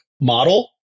model